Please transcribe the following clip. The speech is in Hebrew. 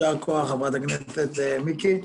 יישר כוח, חברת הכנסת מיקי.